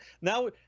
Now